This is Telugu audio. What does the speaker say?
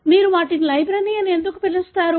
మీరు వాటిని లైబ్రరీ అని ఎందుకు పిలుస్తారు